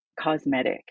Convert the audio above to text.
cosmetic